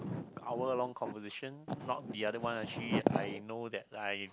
hour long conversation not the other one I actually I know that I